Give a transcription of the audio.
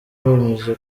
bemeje